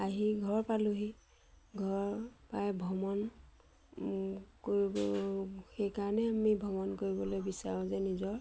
আহি ঘৰ পালোঁহি ঘৰৰ পৰাই ভ্ৰমণ কৰিব সেইকাৰণে আমি ভ্ৰমণ কৰিবলৈ বিচাৰোঁ যে নিজৰ